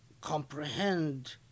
comprehend